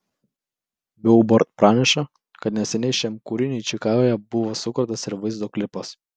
bilbord praneša kad neseniai šiam kūriniui čikagoje buvo sukurtas ir vaizdo klipas